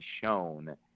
shown